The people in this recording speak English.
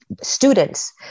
students